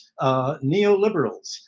neoliberals